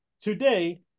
today